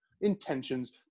intentions